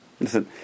Listen